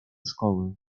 szkoły